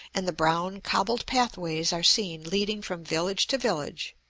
and the brown, cobbled pathways are seen leading from village to village,